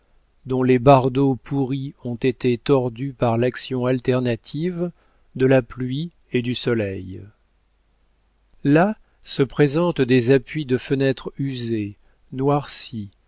dont les bardeaux pourris ont été tordus par l'action alternative de la pluie et du soleil là se présentent des appuis de fenêtre usés noircis